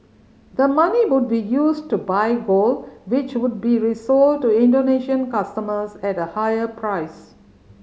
the money would be used to buy gold which would be resold to Indonesian customers at a higher price